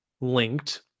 linked